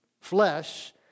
flesh